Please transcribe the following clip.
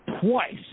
twice